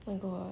oh my god